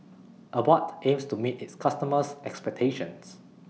Abbott aims to meet its customers' expectations